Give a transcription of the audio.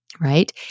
right